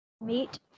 meat